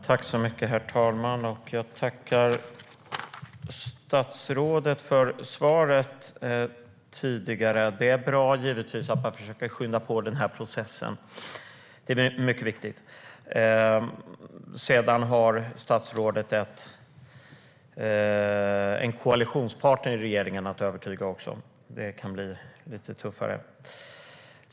Herr talman! Jag tackar statsrådet för svaret. Det är givetvis bra att man försöker skynda på processen. Sedan har statsrådet en koalitionspartner i regeringen att övertyga. Det kan bli lite tuffare.